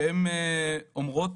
שהן אומרות